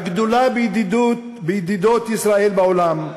הגדולה בידידות ישראל בעולם,